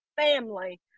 family